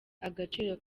agaciro